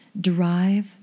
drive